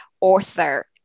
author